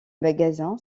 magasin